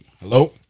Hello